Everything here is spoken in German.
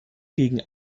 gegen